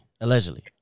Allegedly